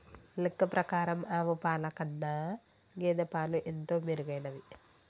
లెక్క ప్రకారం ఆవు పాల కన్నా గేదె పాలు ఎంతో మెరుగైనవి